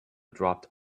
dropped